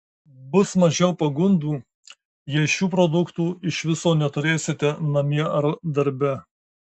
bus mažiau pagundų jei šių produktų iš viso neturėsite namie ar darbe